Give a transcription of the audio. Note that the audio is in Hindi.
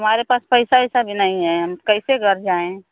हमारे पास पैसा वैसा भी नहीं है हम कैसे घर जाएं